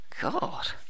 God